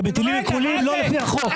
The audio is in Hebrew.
הם מטילים עיקולים לא לפי החוק.